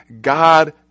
God